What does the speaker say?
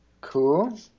Cool